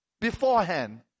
beforehand